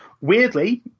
Weirdly